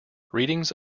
readings